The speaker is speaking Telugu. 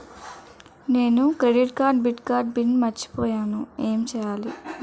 నేను క్రెడిట్ కార్డ్డెబిట్ కార్డ్ పిన్ మర్చిపోయేను ఎం చెయ్యాలి?